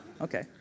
Okay